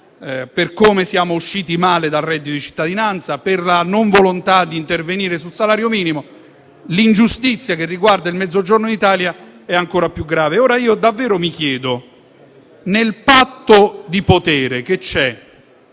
per come siamo usciti male dal reddito di cittadinanza e per la mancata volontà di intervenire sul salario minimo, l'ingiustizia che riguarda il Mezzogiorno d'Italia è ancora più grave. Ora davvero mi interrogo sul patto di potere che c'è